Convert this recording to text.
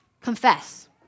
confess